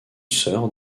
sœur